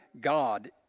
God